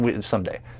Someday